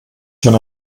schon